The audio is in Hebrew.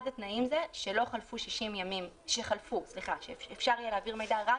אחד התנאים זה שאפשר יהיה להעביר מידע רק